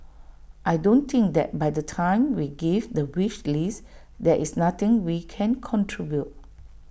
I don't think that by the time we give the wish list there is nothing we can contribute